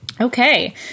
Okay